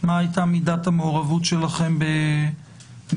מה הייתה מידת המעורבות שלכם בהתקנתם,